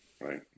right